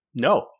no